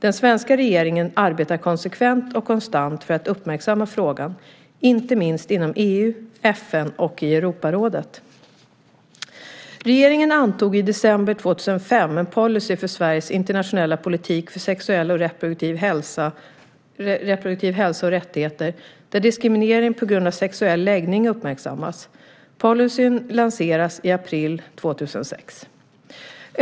Den svenska regeringen arbetar konsekvent och konstant för att uppmärksamma frågan, inte minst inom EU, FN och i Europarådet. Regeringen antog i december 2005 en policy för Sveriges internationella politik för sexuell och reproduktiv hälsa och rättigheter där diskriminering på grund av sexuell läggning uppmärksammas. Policyn lanseras i april 2006.